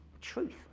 truth